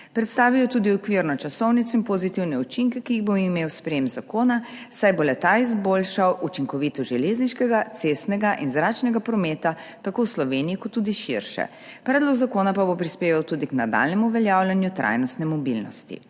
Predstavil je tudi okvirno časovnico in pozitivne učinke, ki jih bo imelo sprejetje zakona, saj bo le-ta izboljšal učinkovitost železniškega, cestnega in zračnega prometa, tako v Sloveniji kot tudi širše. Predlog zakona pa bo prispeval tudi k nadaljnjemu uveljavljanju trajnostne mobilnosti.